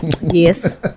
Yes